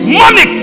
money